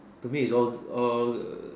to me is all all err